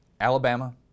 Alabama